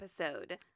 episode